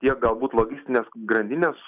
tiek galbūt logistinės grandinės